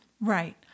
Right